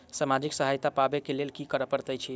सामाजिक सहायता पाबै केँ लेल की करऽ पड़तै छी?